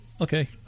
Okay